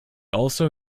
also